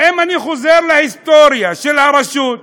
ואם אני חוזר להיסטוריה של הרשות,